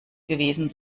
gewesen